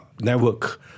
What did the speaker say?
network